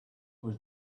was